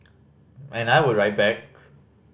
and I would write back